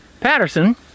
Patterson